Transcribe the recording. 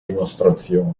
dimostrazione